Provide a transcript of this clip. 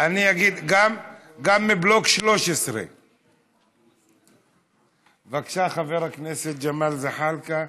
גם מבלוק 13. בבקשה, חבר הכנסת ג'מאל זחאלקה.